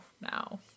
now